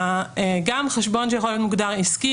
גם בחשבון שיכול להיות מוגדר עסקי,